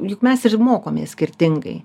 juk mes ir mokomės skirtingai